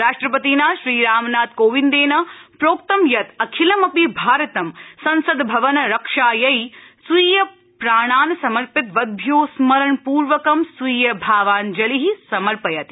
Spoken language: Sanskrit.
राष्ट्रपतिना श्रीरामनाथकोविन्देन प्रोक्तं यत् अखिलमपि भारतं संसदभवन रक्षायै स्वीयप्राणान् समर्पितवद्भ्यो स्मरणपूर्वकं स्वीयभावाञ्जलि समर्पयति